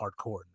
hardcore